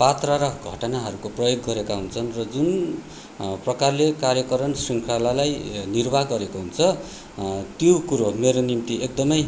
पात्रा र घटनाहरूको प्रयोग गरेका हुन्छन् र जुन प्रकारले कार्यकरण शृङ्खलालाई निर्वाह गरेको हुन्छ त्यो कुरो मेरो निम्ति एकदमै